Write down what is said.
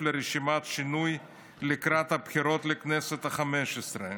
לרשימת שינוי לקראת הבחירות לכנסת החמש-עשרה,